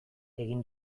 egin